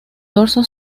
dorso